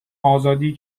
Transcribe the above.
آزادی